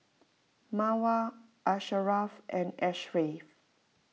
Mawar Asharaff and Ashraff